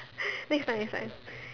next time next time